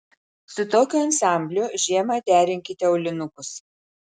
su tokiu ansambliu žiemą derinkite aulinukus